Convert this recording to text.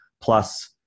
plus